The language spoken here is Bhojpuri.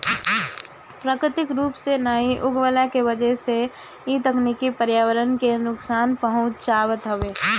प्राकृतिक रूप से नाइ उगवला के वजह से इ तकनीकी पर्यावरण के नुकसान पहुँचावत हवे